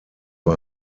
war